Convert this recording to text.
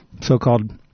so-called